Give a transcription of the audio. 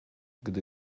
gdy